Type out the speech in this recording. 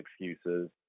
excuses